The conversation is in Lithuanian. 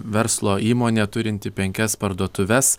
verslo įmonė turinti penkias parduotuves